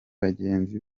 bagenzi